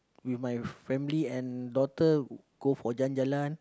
with my family and daughter go for jalan-jalan